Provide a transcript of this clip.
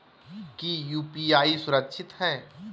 की यू.पी.आई सुरक्षित है?